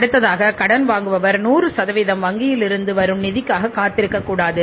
அடுத்ததாக கடன் வாங்குபவர் 100 சதவீதம் வங்கியில் இருந்து வரும் நிதிக்காக காத்திருக்கக் கூடாது